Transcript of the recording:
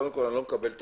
קודם כל, אני לא מקבל את